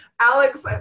Alex